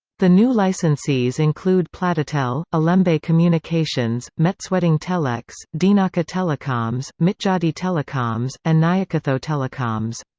the new licensees include platitel, ilembe but communications, metsweding telex, dinaka telecoms, mitjodi telecoms, and nyakatho telecoms.